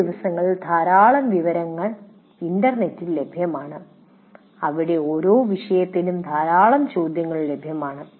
ഈ ദിവസങ്ങളിൽ ധാരാളം വിവരങ്ങൾ ഇൻറർനെറ്റിൽ ലഭ്യമാണ് അവിടെ ഓരോ വിഷയത്തിനും ധാരാളം ചോദ്യങ്ങൾ ലഭ്യമാണ്